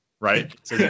right